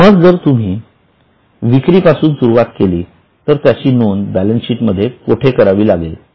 मग जर तुम्ही विक्री पासून सुरुवात केली तर त्याची नोंद बॅलन्स शीट मध्ये कुठे करावी लागेल